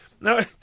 No